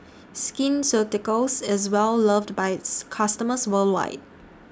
Skin Ceuticals IS Well loved By its customers worldwide